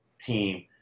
team